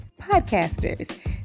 podcasters